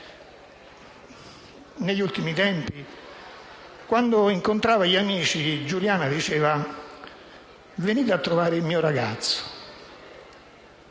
Negli ultimi tempi, quando incontrava gli amici, Giuliana diceva: «Venite a trovare il mio ragazzo!».